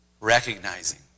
recognizing